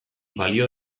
balio